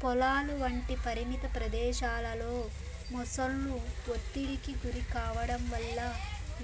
పొలాలు వంటి పరిమిత ప్రదేశాలలో మొసళ్ళు ఒత్తిడికి గురికావడం వల్ల